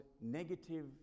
negative